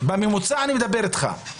אבל למה בכלל לתת להם את האפשרות הזאת?